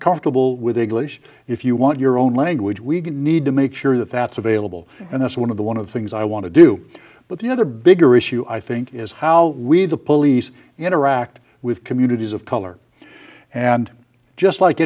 comfortable with a glacier if you want your own language we can need to make sure that that's available and that's one of the one of things i want to do but the other bigger issue i think is how we the police interact with communities of color and just like